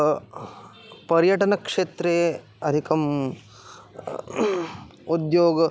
पर्यटनक्षेत्रे अधिकम् उद्योगः